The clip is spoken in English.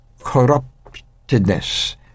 corruptedness